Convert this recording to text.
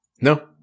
No